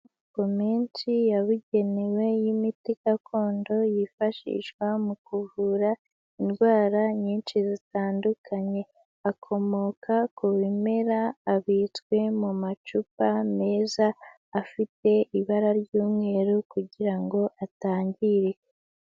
Ku minsi yabugenewe y'imiti gakondo yifashishwa mu kuvura indwara nyinshi zitandukanye. Akomoka ku bimera abitswe mu macupa meza afite ibara ry'umweru kugira ngo atangirika.